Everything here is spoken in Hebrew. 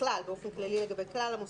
בכלל באופן כללי לגבי כלל המוסדות,